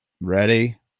ready